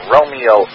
Romeo